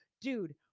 dude